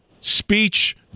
speech